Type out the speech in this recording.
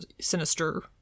sinister